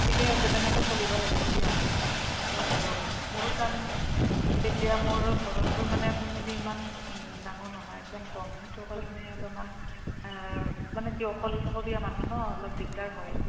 ঠিকে আছে তেনেকে চলিব লাগিব দিয়া আৰু মোৰো তাৰমানে এতিয়া মোৰ ঘৰততো মানে ফেমিলি ইমান ডাঙৰ নহয় একদম কম সেইটো কাৰণে অলপমান মানে কি অকলশৰীয়া মানুহ ন অলপ দিগদাৰ হয়